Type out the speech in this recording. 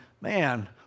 man